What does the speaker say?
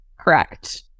Correct